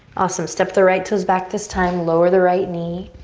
awesome, step the right toes back this time. lower the right knee.